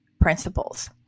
principles